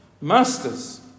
Masters